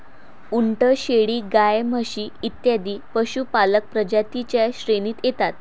उंट, शेळी, गाय, म्हशी इत्यादी पशुपालक प्रजातीं च्या श्रेणीत येतात